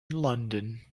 london